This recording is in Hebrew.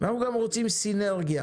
אנחנו גם רוצים סינרגיה